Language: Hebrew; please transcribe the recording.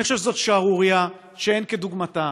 אני חושב שזאת שערורייה שאין כדוגמתה,